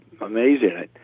Amazing